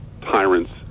tyrants